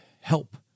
help